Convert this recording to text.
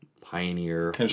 pioneer